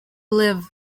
live